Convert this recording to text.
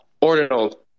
Ordinal